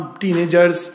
teenagers